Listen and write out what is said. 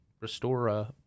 restore